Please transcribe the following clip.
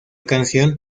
canción